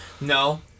No